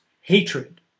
hatred